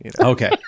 okay